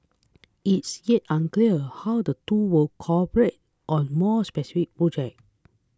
it's yet unclear how the two will cooperate on more specific projects